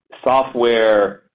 software